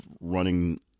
running